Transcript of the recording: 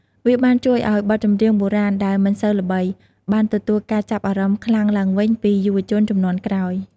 វាបានជួយឲ្យបទចម្រៀងបុរាណដែលមិនសូវល្បី បានទទួលការចាប់អារម្មណ៍ខ្លាំងឡើងវិញពីយុវជនជំនាន់ក្រោយ។